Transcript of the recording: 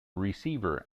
receiver